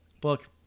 book